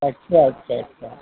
अच्छा अच्छा अच्छा